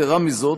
יתרה מזו,